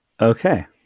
Okay